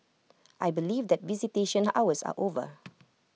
I believe that visitation hours are over